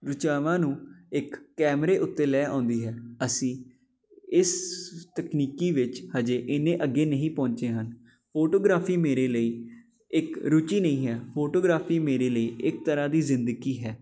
ਰਚਾਵਾਂ ਨੂੰ ਇੱਕ ਕੈਮਰੇ ਉੱਤੇ ਲੈ ਆਉਂਦੀ ਹੈ ਅਸੀਂ ਇਸ ਤਕਨੀਕੀ ਵਿੱਚ ਹਜੇ ਇੰਨੇ ਅੱਗੇ ਨਹੀਂ ਪਹੁੰਚੇ ਹਨ ਫੋਟੋਗ੍ਰਾਫੀ ਮੇਰੇ ਲਈ ਇੱਕ ਰੁਚੀ ਨਹੀਂ ਹੈ ਫੋਟੋਗ੍ਰਾਫੀ ਮੇਰੇ ਲਈ ਇੱਕ ਤਰ੍ਹਾਂ ਦੀ ਜ਼ਿੰਦਗੀ ਹੈ